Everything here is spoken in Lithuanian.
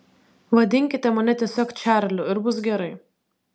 vadinkite mane tiesiog čarliu ir bus gerai